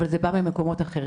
אבל זה בא ממקומות אחרים.